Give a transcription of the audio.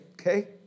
okay